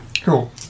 Cool